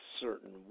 certain